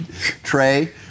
Trey